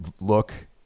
look